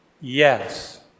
Yes